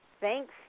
thanks